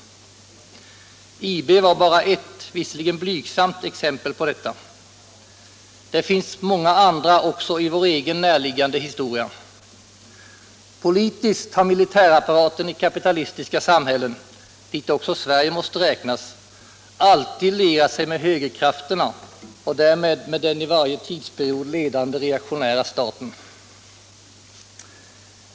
IB var bara ett, visserligen blygsamt, exempel på detta. Det finns många andra också i vår egen närliggande historia. Politiskt har militärapparaten i kapitalistiska samhällen, dit också Sverige måste räknas, alltid lierat sig med högerkrafterna och därmed med den i varje tidsperiod ledande reaktionära staten.